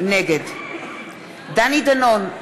נגד דני דנון,